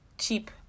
cheap